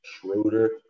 Schroeder